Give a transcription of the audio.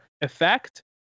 effect